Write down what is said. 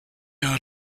are